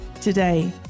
today